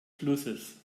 flusses